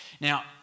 Now